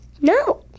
No